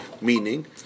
meaning